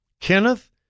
Kenneth